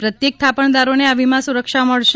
પ્રત્યેક થાપણદારોને આ વીમા સુરક્ષા મળશે